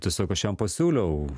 tiesiog aš jam pasiūliau